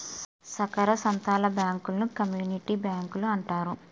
సాకార సంత్తల బ్యాంకులను కమ్యూనిటీ బ్యాంకులంటారు